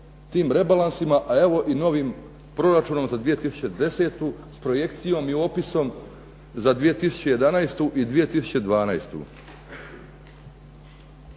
tim rebalansima, a evo i novim proračunom za 2010. s projekcijom i opisom za 2011. i 2012.